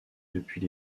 depuis